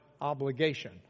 obligation